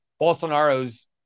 Bolsonaro's